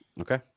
Okay